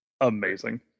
Amazing